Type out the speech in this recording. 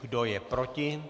Kdo je proti?